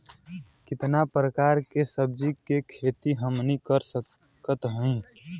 कितना प्रकार के सब्जी के खेती हमनी कर सकत हई?